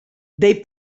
they